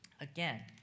Again